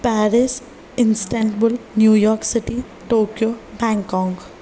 Paris Istanbul New York city Tokyo Bangkok